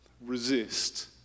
resist